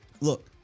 look